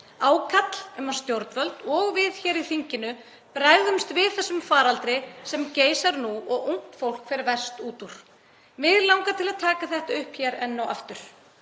Ákall um að stjórnvöld og við hér í þinginu bregðumst við þessum faraldri sem geisar nú og ungt fólk fer verst út úr. Mig langar að taka þetta hér upp enn og aftur.